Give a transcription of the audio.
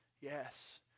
yes